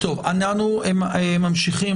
אנחנו ממשיכים.